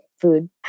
food